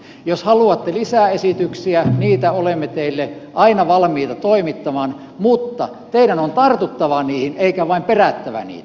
jos haluatte lisää esityksiä niitä olemme teille aina valmiita toimittamaan mutta teidän on tartuttava niihin eikä vain perättävä niitä